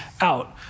out